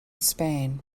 spain